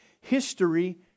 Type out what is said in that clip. history